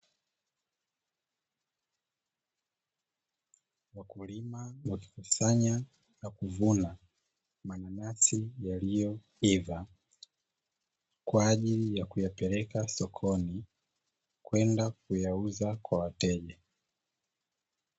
Wakulima wakikusanya na kuvuna mananasi, yaliyoiva kwa ajili ya kuyapeleka sokoni kwenda kuyauza kwa wateja.